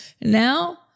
Now